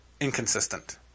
inconsistent